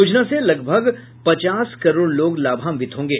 योजना से लगभग पचास करोड़ लोग लाभान्वित होंगे